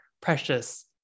precious